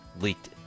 leaked